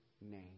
name